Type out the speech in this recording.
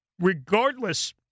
regardless